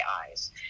eyes